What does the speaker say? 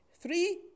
Three